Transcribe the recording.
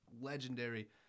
legendary